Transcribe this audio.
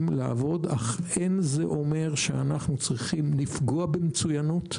לעבוד אולם אין זה אומר שאנו לפגוע במצוינות,